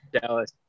Dallas